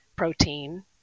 protein